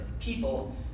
people